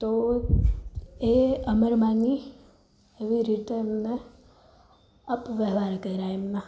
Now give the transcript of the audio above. તો એ અમરમાંની એવી રીતે એમને અપ વ્યવહાર કરયા એમાં